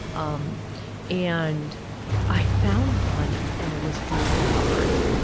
um and i found one, and it was dual recovery.